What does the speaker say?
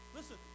Listen